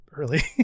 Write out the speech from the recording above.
early